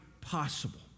possible